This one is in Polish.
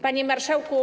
Panie Marszałku!